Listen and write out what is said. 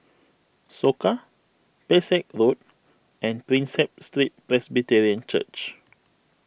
Soka Pesek Road and Prinsep Street Presbyterian Church